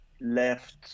left